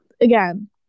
again